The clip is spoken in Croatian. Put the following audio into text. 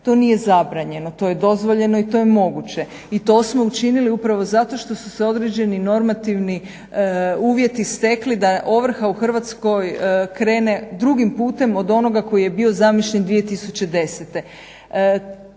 To nije zabranjeno, to je dozvoljeno i to je moguće i to smo učinili upravo zato što su se određeni normativni uvjeti stekli da ovrha u Hrvatskoj krene drugim putem od onoga koji je bio zamišljen 2010.